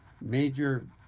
major